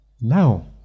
Now